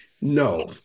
No